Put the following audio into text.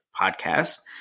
podcast